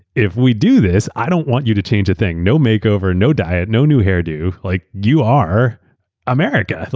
if we do this i don't want you to change a thing. no makeover, no diet, no new hairdo. like you are america.